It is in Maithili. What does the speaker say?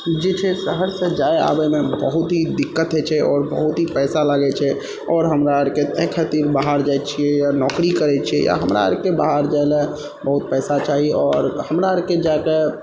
जे छै शहरसँ जाइ आबैमे बहुत ही दिक्कत होइ छै आओर बहुत ही पैसा लागै छै आओर हमरा आरके ताहि खातिर बाहर जाइ छियै या नौकरी करै छियै या हमरा आरके बाहर जाइ लए बहुत पैसा चाही आओर हमरा आरके जा कए